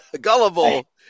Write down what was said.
Gullible